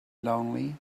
lonely